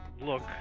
look